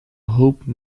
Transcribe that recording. hope